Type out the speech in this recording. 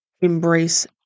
embrace